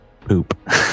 Poop